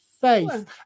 faith